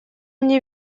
мне